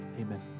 Amen